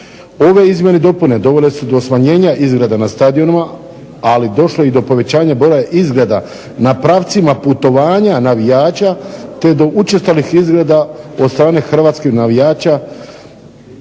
Ove izmjene i dopune dovele su do smanjenja izgreda na stadionima, ali došlo je i do povećanja broja izgreda na pravcima putovanja navijača, te do učestalih izgreda od strane hrvatskih navijača